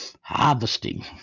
harvesting